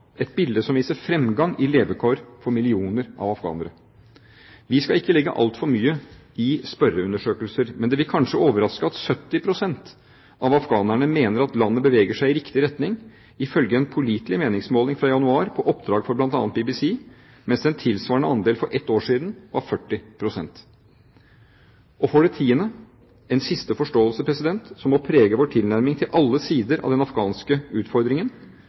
et bilde som viser fremgang i levekår for millioner av afghanere. Vi skal ikke legge altfor mye i spørreundersøkelser, men det vil kanskje overraske at 70 pst. av afghanerne mener at landet beveger seg i riktig retning – ifølge en pålitelig meningsmåling fra januar på oppdrag for bl.a. BBC – mens den tilsvarende andel for ett år siden var 40 pst. Og for det tiende – og en siste forståelse, som må prege vår tilnærming til alle sider av den afghanske utfordringen: